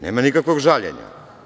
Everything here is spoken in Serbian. Nema nikakvog žaljenja.